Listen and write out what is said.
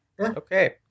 Okay